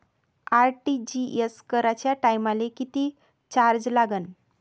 RTGS कराच्या टायमाले किती चार्ज लागन?